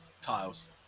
tiles